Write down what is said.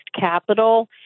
capital